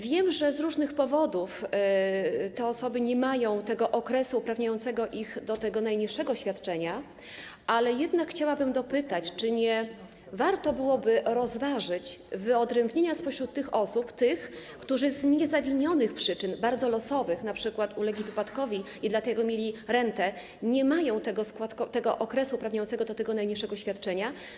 Wiem, że z różnych powodów te osoby nie mają okresu uprawniającego ich do najniższego świadczenia, ale jednak chciałabym dopytać, czy nie warto byłoby rozważyć wyodrębnienia spośród tych osób tych, którzy z niezawinionych przyczyn, bardzo losowych - np. ulegli wypadkowi i dlatego mieli rentę - nie mają okresu uprawniającego do najniższego świadczenia.